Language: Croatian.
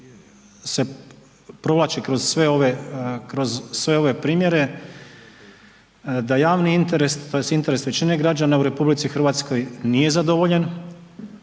se provlači kroz sve ove primjere, da javni interes tj. interes većine građana u RH nije zadovoljen,